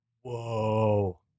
Whoa